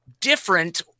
different